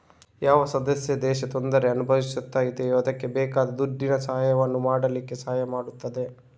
ಯಾವ ಸದಸ್ಯ ದೇಶ ತೊಂದ್ರೆ ಅನುಭವಿಸ್ತಾ ಇದೆಯೋ ಅದ್ಕೆ ಬೇಕಾದ ದುಡ್ಡಿನ ಸಹಾಯವನ್ನು ಮಾಡ್ಲಿಕ್ಕೆ ಸಹಾಯ ಮಾಡ್ತದೆ